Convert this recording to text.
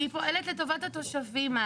כי היא פועלת לטובת התושבים,